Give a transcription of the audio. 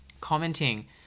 commenting